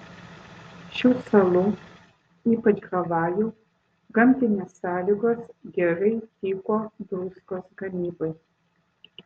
šių salų ypač havajų gamtinės sąlygos gerai tiko druskos gamybai